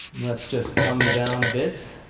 let's just come down a bit